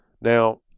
Now